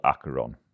Acheron